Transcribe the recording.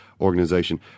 organization